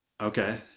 Okay